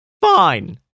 Fine